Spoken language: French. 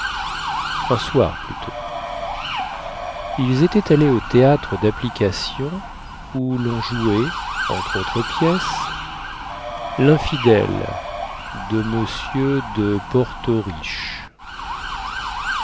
un soir plutôt ils étaient allés au théâtre dapplication où lon jouait entre autres pièces linfidèle de m de